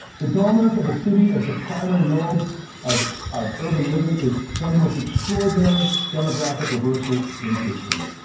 the dominance of the city as the primary mode of of urban living is one of the most extraordinary demographic reversals in history,